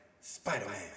Spider-Man